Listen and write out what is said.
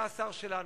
אתה השר שלנו.